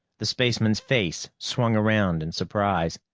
the spaceman's face swung around in surprise.